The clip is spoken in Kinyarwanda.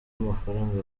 amafaranga